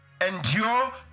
endure